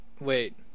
wait